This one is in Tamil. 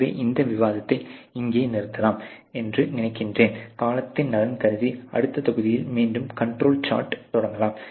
எனவே இந்த விவாதத்தை இங்கே நிறுத்தலாம் என்று நினைக்கிறேன் காலத்தின் நலன் கருதி அடுத்த தொகுதியில் மீண்டும் கண்ட்ரோல் சார்ட்டில் தொடக்கலாம்